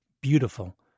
beautiful